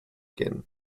again